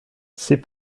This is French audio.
ses